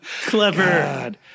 Clever